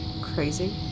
crazy